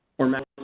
or managed